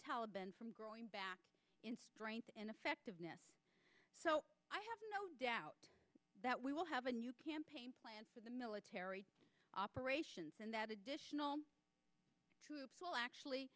taliban from growing back in strength and effectiveness so i have no doubt that we will have a new campaign planned for the military operations and that additional troops will actually